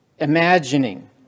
imagining